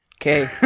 Okay